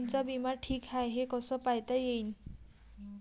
कोनचा बिमा ठीक हाय, हे कस पायता येईन?